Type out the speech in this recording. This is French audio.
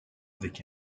avec